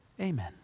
Amen